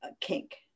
kink